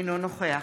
אינו נוכח